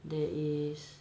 there is